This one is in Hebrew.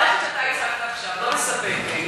המערכת שאתה הצגת עכשיו לא מספקת,